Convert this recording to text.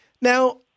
now